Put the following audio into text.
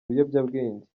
biyobyabwenge